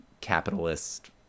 capitalist